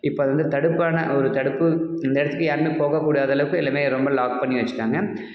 இப்போ அது வந்து தடுப்பாக ஒரு தடுப்பு இந்த இடத்துக்கு யாருமே போகக் கூடாது அளவுக்கு எல்லாமே ரொம்ப லாக் பண்ணி வெச்சுட்டாங்க